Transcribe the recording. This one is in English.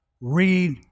Read